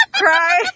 cry